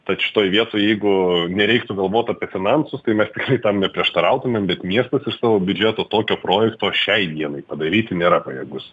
tad šitoj vietoj jeigu nereiktų galvot apie finansus tai mes tikrai tam neprieštarautumėm bet miestas iš savo biudžeto tokio projekto šiai dienai padaryti nėra pajėgus